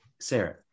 Sarah